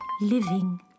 living